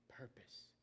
purpose